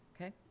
Okay